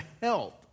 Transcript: health